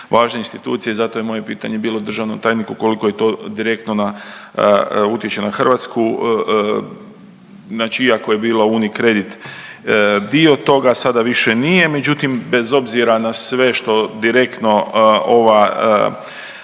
važnih institucija i zato je moje pitanje bilo državnom tajniku koliko je to direktno utječe na Hrvatsku. Znači ako je bila Unicredit dio toga sada više nije. Međutim, bez obzira na sve što direktno ova